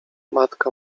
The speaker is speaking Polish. matka